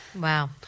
Wow